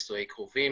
אם אין נישואי קרובים